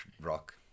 rock